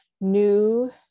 new